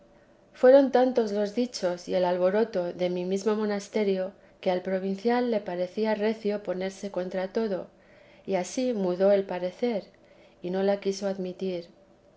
fueron tantos los dichos y el alboroto de mi mesmo monasterio que al provincial le pareció recio ponerse contra todos y ansí mudó el parecer y no la quiso admitir